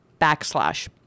backslash